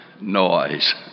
noise